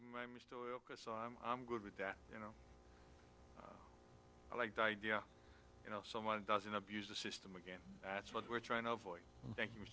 because i'm good with that you know i like the idea you know if someone doesn't abuse the system again that's what we're trying to avoid thank you